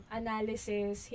analysis